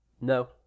No